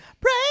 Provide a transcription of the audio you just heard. Pray